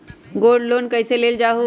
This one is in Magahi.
गोल्ड लोन कईसे लेल जाहु?